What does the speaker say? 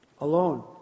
alone